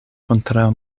kontraŭ